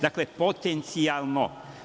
Dakle, potencijalno.